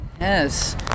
yes